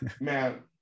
man